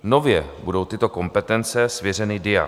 Nově budou tyto kompetence svěřeny DIA.